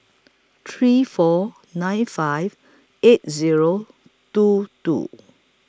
three four nine five eight Zero two two